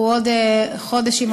הוא עוד חודש או חודשיים,